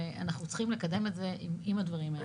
ואנחנו צריכים לקדם את זה עם הדברים האלה.